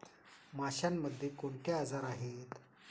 माशांमध्ये कोणते आजार आहेत?